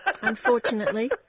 Unfortunately